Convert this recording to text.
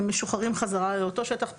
הם משוחררים חזרה לאותו שטח פתוח.